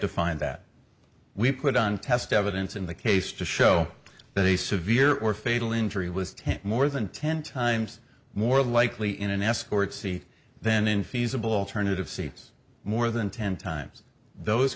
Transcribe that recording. to find that we put on test evidence in the case to show that a severe or fatal injury was ten more than ten times more likely in an escort c then in feasible alternative seats more than ten times those